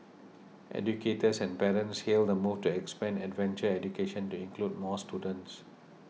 educators and parents hailed the move to expand adventure education to include more students